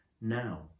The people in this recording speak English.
Now